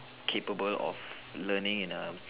capable of learning in a